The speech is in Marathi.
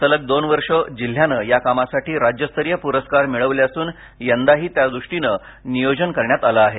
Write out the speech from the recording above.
सलग दोन वर्षे जिल्ह्याने या कामासाठी राज्यस्तरीय प्रस्कार मिळवले असून यंदाही त्यादृष्टीने नियोजन करण्यात आलं आहे